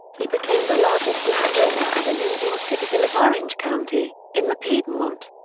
he became the largest landowner and a leading citizen of orange county, in the piedmont.